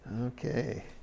Okay